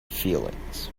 feelings